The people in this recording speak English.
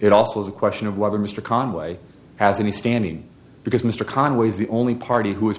it also is a question of whether mr conway has any standing because mr conway is the only party who